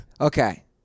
Okay